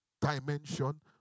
dimension